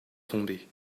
tombé